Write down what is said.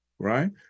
right